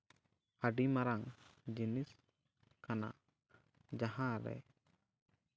ᱟᱹᱰᱤ ᱢᱟᱨᱟᱝ ᱡᱤᱱᱤᱥ ᱠᱟᱱᱟ ᱡᱟᱦᱟᱸᱨᱮ